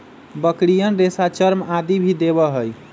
बकरियन रेशा, चर्म आदि भी देवा हई